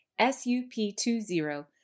SUP20